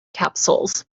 capsules